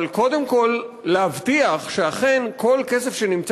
אבל קודם כול להבטיח שאכן כל כסף שנמצא